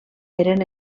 eren